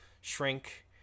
shrink